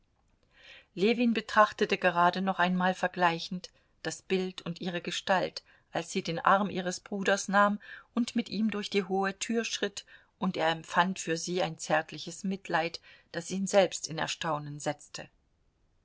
ljewin betrachtete gerade noch einmal vergleichend das bild und ihre gestalt als sie den arm ihres bruders nahm und mit ihm durch die hohe tür schritt und er empfand für sie ein zärtliches mitleid das ihn selbst in erstaunen setzte